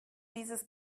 dieses